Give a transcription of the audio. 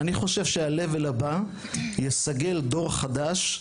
אני חושב שהלבל הבא יסגל דור חדש.